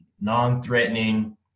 non-threatening